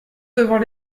devant